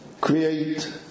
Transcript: create